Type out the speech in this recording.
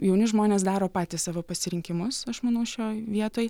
jauni žmonės daro patys savo pasirinkimus aš manau šioj vietoj